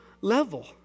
level